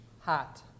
hot